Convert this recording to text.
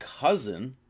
cousin